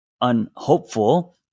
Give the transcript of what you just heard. unhopeful